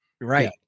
right